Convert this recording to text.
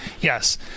Yes